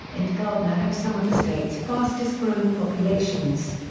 and gardner have some of the state's fastest growing populations.